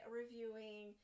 reviewing